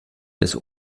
des